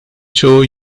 çoğu